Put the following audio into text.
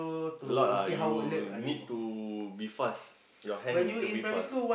a lot ah you need to be fast your hand need to be fast